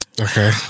okay